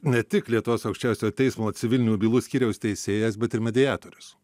ne tik lietuvos aukščiausiojo teismo civilinių bylų skyriaus teisėjas bet ir mediatorius taip